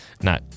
No